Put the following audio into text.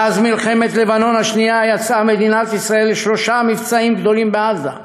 מאז מלחמת לבנון השנייה יצאה מדינת ישראל לשלושה מבצעים גדולים בעזה,